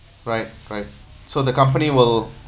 right right so the company will